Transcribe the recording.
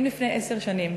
אם לפני עשר שנים,